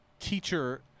teacher